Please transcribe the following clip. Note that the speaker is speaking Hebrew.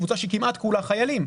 קבוצה שכמעט כולה חיילים.